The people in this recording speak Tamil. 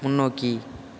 முன்னோக்கி